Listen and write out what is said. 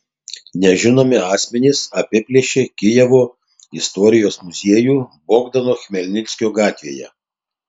nežinomi asmenys apiplėšė kijevo istorijos muziejų bogdano chmelnickio gatvėje